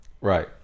Right